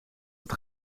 het